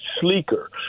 sleeker